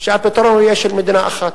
שהפתרון יהיה של מדינה אחת.